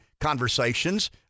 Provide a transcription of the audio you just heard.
conversations